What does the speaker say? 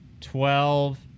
twelve